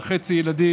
אחיי מהציונות הדתית,